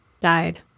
died